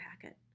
packet